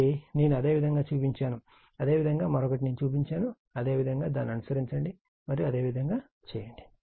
ఒకటి నేను అదేవిధంగా చూపించాను అదే విధంగా మరొకటి నేను చూపించాను అదేవిధంగా దాన్ని అనుసరించండి మరియు అదేవిధంగా చేయండి